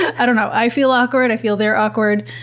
i don't know, i feel awkward. i feel they're awkward.